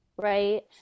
right